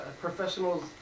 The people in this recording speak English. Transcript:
professionals